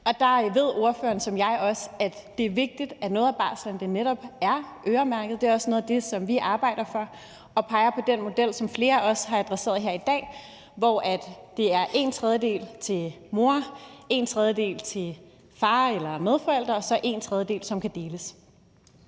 Der ved ordføreren lige så godt som jeg, at det er vigtigt, at noget af barslen netop er øremærket. Det er også noget af det, som vi arbejder for, og vi peger på den model, som flere også har adresseret her i dag, hvor det er en tredjedel til mor, en tredjedel til far eller medforælder og så en tredjedel, som kan deles.